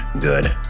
good